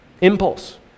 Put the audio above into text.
Impulse